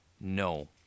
No